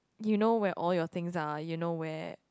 you know where all your things are you know where